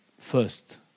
first